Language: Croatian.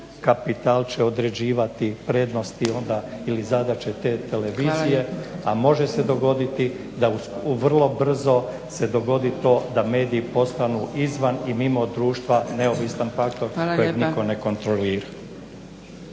kapital će određivati prednosti onda ili zadaće te televizije a može se dogoditi da u vrlo brzo se dogodi to da mediji postanu izvan i mimo društva i neovisan pakt kojeg nitko ne kontrolira.